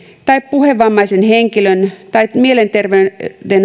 tai puhevammaisen henkilön tai mielenterveyden